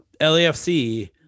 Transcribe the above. LAFC